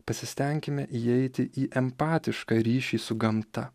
pasistenkime įeiti į empatišką ryšį su gamta